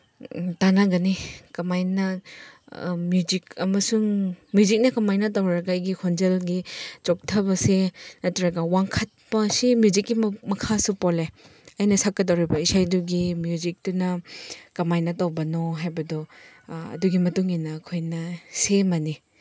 ꯇꯥꯟꯅꯒꯅꯤ ꯀꯃꯥꯏꯅ ꯃ꯭ꯌꯨꯖꯤꯛ ꯑꯃꯁꯨꯡ ꯃ꯭ꯌꯨꯖꯤꯛꯅ ꯀꯃꯥꯏꯅ ꯇꯧꯅꯔꯒ ꯑꯩꯒꯤ ꯈꯣꯟꯖꯦꯜꯒꯤ ꯆꯣꯛꯊꯕꯁꯦ ꯅꯠꯇ꯭ꯔꯒ ꯋꯥꯡꯈꯠꯄꯁꯦ ꯃ꯭ꯌꯨꯖꯤꯛꯀꯤ ꯃꯈꯥꯁꯨ ꯄꯣꯜꯂꯦ ꯑꯩꯅ ꯁꯛꯗꯧꯔꯤꯕ ꯏꯁꯩꯗꯨꯒꯤ ꯃ꯭ꯌꯨꯖꯤꯛꯇꯨꯅ ꯀꯃꯥꯏꯅ ꯇꯧꯕꯅꯣ ꯍꯥꯏꯕꯗꯨ ꯑꯗꯨꯒꯤ ꯃꯇꯨꯡꯏꯟꯅ ꯑꯩꯈꯣꯏꯅ ꯁꯦꯝꯃꯅꯤ